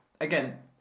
again